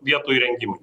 vietų įrengimui